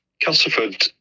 Castleford